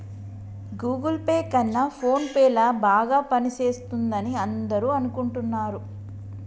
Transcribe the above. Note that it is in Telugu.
గూగుల్ పే కన్నా ఫోన్ పే ల బాగా పనిచేస్తుందని అందరూ అనుకుంటున్నారు